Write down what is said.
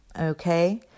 Okay